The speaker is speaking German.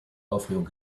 aufregung